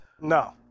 No